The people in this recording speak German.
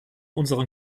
unseren